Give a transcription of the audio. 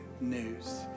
news